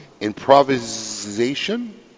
Improvisation